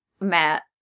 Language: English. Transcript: Matt